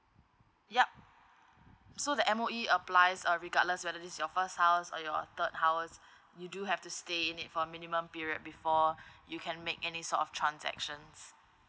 yup so that M_O_E applies uh regardless whether this is your first house or your third house you do have to stay in it for a minimum period before you can make any sort of transactions